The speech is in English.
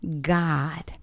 God